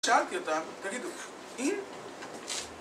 שאלתי אותה: תגידו, אם